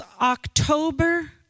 October